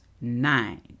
nine